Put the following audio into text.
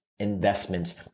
investments